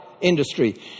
industry